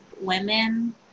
women